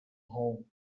home